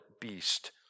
beast